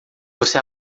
você